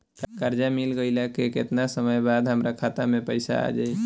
कर्जा मिल गईला के केतना समय बाद हमरा खाता मे पैसा आ जायी?